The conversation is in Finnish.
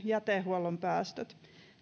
jätehuollon päästöt